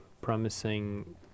promising